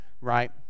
right